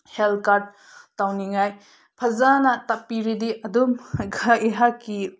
health card ꯇꯧꯅꯤꯡꯉꯥꯏ ꯐꯖꯅ ꯇꯥꯛꯄꯤꯔꯗꯤ ꯑꯗꯨꯝ ꯈꯛ ꯑꯩꯍꯥꯛꯀꯤ